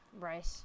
Right